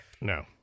No